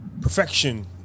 perfection